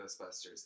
Ghostbusters